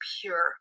pure